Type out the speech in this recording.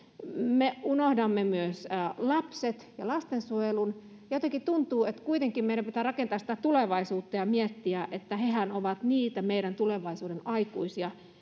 me unohdamme myös lapset ja lastensuojelun ja jotenkin tuntuu että kuitenkin meidän pitää rakentaa sitä tulevaisuutta ja miettiä että hehän ovat niitä meidän tulevaisuuden aikuisia